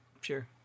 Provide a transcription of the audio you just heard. Sure